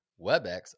WebEx